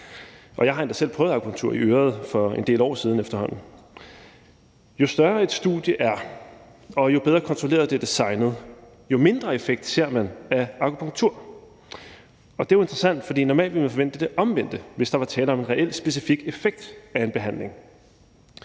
jeg har endda selv prøvet akupunktur i øret for en del år siden efterhånden. Jo større et studie er, og jo bedre kontrolleret det er designet, jo mindre effekt ser man af akupunktur. Og det er jo interessant, fordi man normalt ville forvente det omvendte, hvis der var tale om en reel specifik effekt af en behandling.